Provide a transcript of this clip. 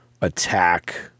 attack